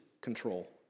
control